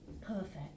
Perfect